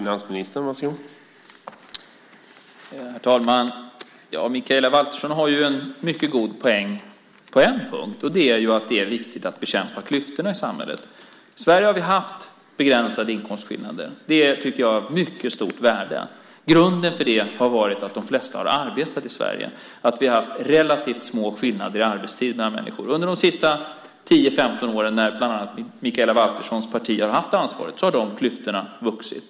Herr talman! Mikaela Valtersson har en mycket god poäng. Det är att det är viktigt att bekämpa klyftorna i samhället. I Sverige har vi haft begränsade inkomstskillnader. Det tycker jag har ett mycket stort värde. Grunden för det har varit att de flesta har arbetat i Sverige, att vi har haft relativt små skillnader i arbetstid mellan människor. Under de sista 10-15 åren när bland annat Mikaela Valterssons parti har haft ansvaret har de klyftorna vuxit.